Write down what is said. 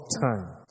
time